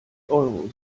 euro